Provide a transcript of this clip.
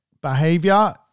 behavior